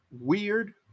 weird